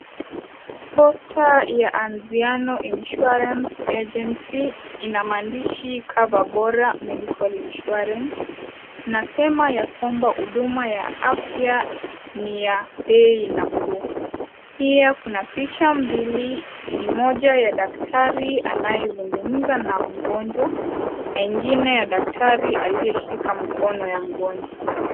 (cs) Poster (cs) ya anziano insurance agency inamaandishi cover bora medical insurance inasema ya kwamba huduma ya afya ni ya bei nafuu, pia kuna picha mbili ni moja ya daktari anayezungumza na mgonjwa na ingine ya daktari aliye shika mkono ya mgonjwa.